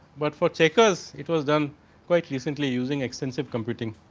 but, for checkers it was done quite recently using expensive computing